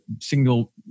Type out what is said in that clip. single